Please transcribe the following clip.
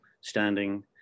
standing